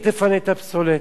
היא תפנה את הפסולת,